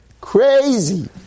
Crazy